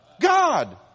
God